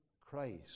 Christ